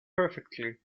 perfectly